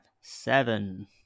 seven